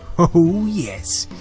oh yes.